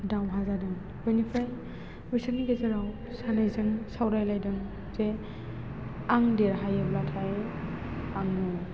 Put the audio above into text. दावहा जादों बेनिफ्राय बिसोरनि गेजेराव सानैजों सावरायलायदों जे आं देरहायोब्लाथाय आङो